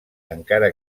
encara